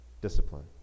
discipline